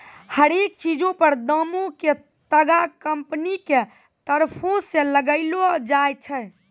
हरेक चीजो पर दामो के तागा कंपनी के तरफो से लगैलो जाय छै